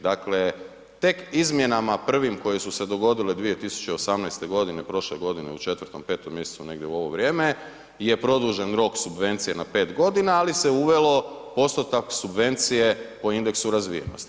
Dakle tek izmjenama prvim koje su se dogodile 2018. godine, prošle godine u 4, 5 mjesecu negdje u ovo vrijeme je produžen rok subvencije na 5 godina ali se uvelo postotak subvencije po indeksu razvijenosti.